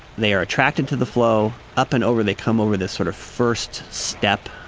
they are attracted to the flow up and over they come over this sort of first step,